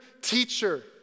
teacher